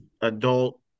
adult